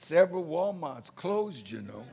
several wal mart closed you know